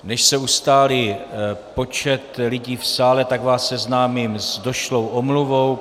Než se ustálí počet lidí v sále, tak vás seznámím s došlou omluvou.